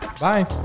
bye